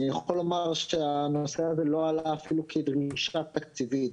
אני יכול לומר שהנושא הזה לא עלה אפילו כדרישה תקציבית.